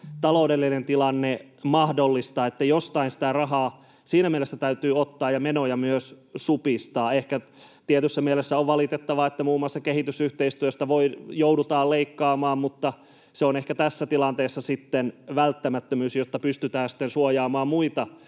taloudellinen tilanne mahdollista, niin jostain sitä rahaa siinä mielessä täytyy ottaa ja menoja myös supistaa. Ehkä tietyssä mielessä on valitettavaa, että muun muassa kehitysyhteistyöstä joudutaan leikkaamaan, mutta se on ehkä tässä tilanteessa välttämättömyys, jotta pystytään sitten suojaamaan muita